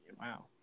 Wow